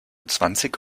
zwanzig